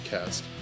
Cast